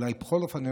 אולי בכל אופן,